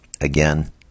again